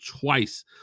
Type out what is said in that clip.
twice